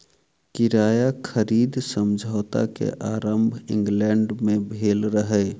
किराया खरीद समझौता के आरम्भ इंग्लैंड में भेल रहे